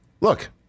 Look